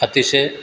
अतिशय